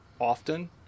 often